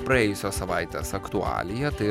praėjusios savaitės aktualija